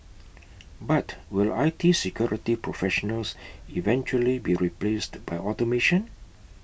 but will I T security professionals eventually be replaced by automation